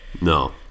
no